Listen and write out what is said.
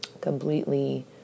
completely